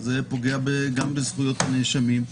זה פוגע גם בזכויות הנאשמים,